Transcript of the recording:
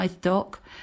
Dock